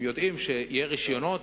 הם יודעים שיהיו רשיונות,